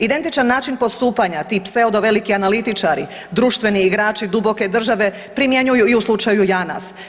Identičan način postupanja ti pseudoveliki analitičari, društveni igrači duboke države primjenjuju i u slučaju JANAF.